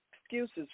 excuses